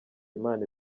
imana